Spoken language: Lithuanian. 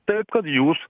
taip kad jūs